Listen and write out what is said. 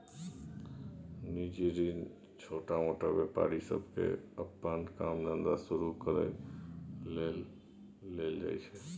निजी ऋण छोटमोट व्यापारी सबके अप्पन काम धंधा शुरू करइ लेल लेल जाइ छै